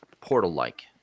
portal-like